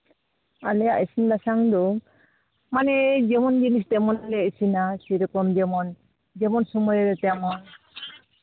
ᱟᱞᱮᱭᱟᱜ ᱤᱥᱤᱱ ᱵᱟᱥᱟᱝ ᱫᱚ ᱢᱟᱱᱮ ᱡᱮᱢᱚᱱ ᱡᱤᱱᱤᱥ ᱛᱮᱢᱚᱱᱞᱮ ᱤᱥᱤᱱᱟ ᱥᱮᱭ ᱨᱚᱠᱚᱢ ᱡᱮᱢᱚᱱ ᱡᱮᱢᱚᱱ ᱥᱚᱢᱚᱭ ᱨᱮ ᱛᱮᱢᱚᱱ